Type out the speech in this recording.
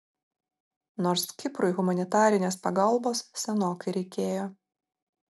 nors kiprui humanitarinės pagalbos senokai reikėjo